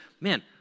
man